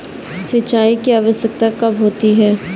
सिंचाई की आवश्यकता कब होती है?